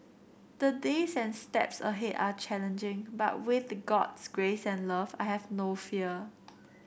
the days and steps ahead are challenging but with God's grace and love I have no fear